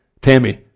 Tammy